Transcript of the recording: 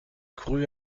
courut